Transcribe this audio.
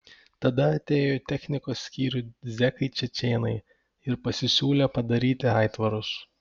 tada atėjo į technikos skyrių zekai čečėnai ir pasisiūlė padaryti aitvarus